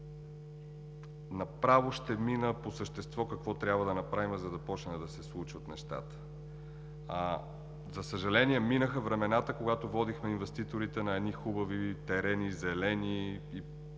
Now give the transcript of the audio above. Направо ще мина по същество какво трябва да направим, за да започнат да се случват нещата. За съжаление, минаха времената, когато водихме инвеститорите на едни хубави зелени терени,